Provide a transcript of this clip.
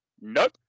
Nope